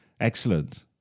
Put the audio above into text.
excellent